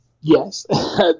Yes